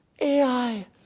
Ai